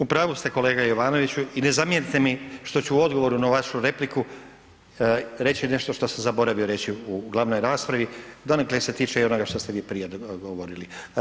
U pravu ste kolega Jovanoviću i ne zamjerite mi što ću u odgovoru na vašu repliku reći nešto što sam zaboravio reći u glavnoj raspravi, donekle se tiče i onoga što ste vi prije govorili.